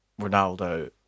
Ronaldo